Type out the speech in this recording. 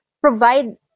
provide